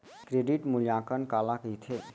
Credit मूल्यांकन काला कहिथे?